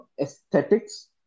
aesthetics